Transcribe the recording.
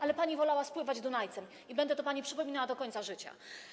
Ale pani wolała spływać Dunajcem - i będę to pani przypominała do końca życia.